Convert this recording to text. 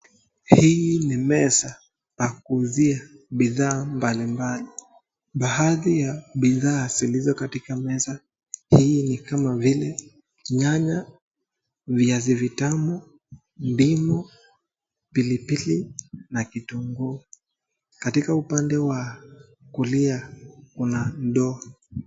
Hii ni meza ya kuuzia bidhaa mbali mbali. Baadhi ya bidhaa zilizokatika meza hii ni kama vile nyanya, viazi vitamu, ndimu, pilipili na kitunguu. Katika upande wa kulia, kuna ndoo.